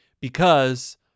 Because-